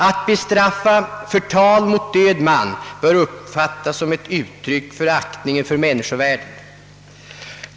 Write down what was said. Att bestraffa förtal mot död man bör uppfattas som ett uttryck för aktning för människovärdet.